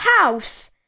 house